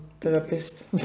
therapist